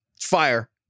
Fire